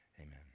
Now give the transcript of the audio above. Amen